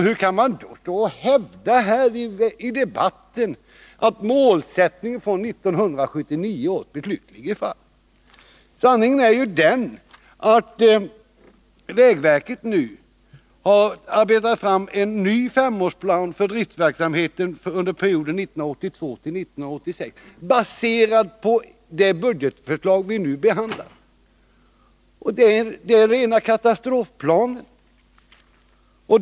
Hur kan man då hävda här i debatten att målsättningen från 1979 års beslut ligger fast? Sanningen är ju den, att vägverket nu har arbetat fram en ny femårsplan för driftverksamheten under perioden 1982-1986, baserad på det budgetförslag vi nu behandlar. Det är rena katastrofplanen.